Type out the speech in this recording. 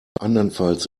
andernfalls